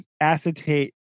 acetate